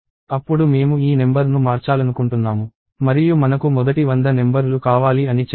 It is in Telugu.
అప్పుడు మేము ఈ నెంబర్ ను మార్చాలనుకుంటున్నాము మరియు మనకు మొదటి 100 నెంబర్ లు కావాలి అని చెప్పండి